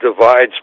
divides